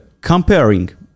comparing